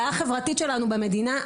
זו בעיה חברתית שלנו במדינה,